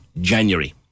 January